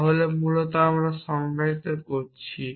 তাহলে মূলত এখন আমরা সংজ্ঞায়িত করেছি